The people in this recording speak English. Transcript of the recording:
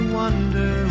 wonder